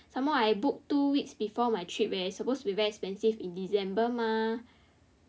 some more I book two weeks before my trip eh supposed to be very expensive in december mah